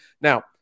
Now